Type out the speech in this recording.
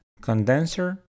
condenser